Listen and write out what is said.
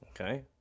okay